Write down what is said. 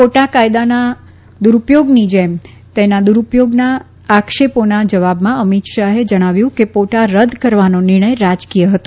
પોટા કાથદાના દુરૂપયોગની જેમ તેના દુરૂપયોગના આક્ષેપોના જવાબમાં અમીત શાહે જણાવ્યું કે પોટા રદ કરવાનો નિર્ણય રાજકીય હતો